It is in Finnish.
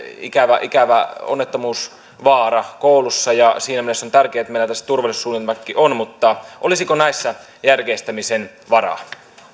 ikävä ikävä onnettomuus vaara koulussa ja siinä mielessä on tärkeätä että meillä tällaiset turvallisuussuunnitelmatkin on mutta olisiko näissä järkeistämisen varaa